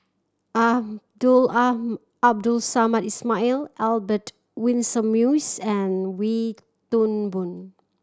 Abdul Abdul Samad Ismail Albert Winsemius and Wee Toon Boon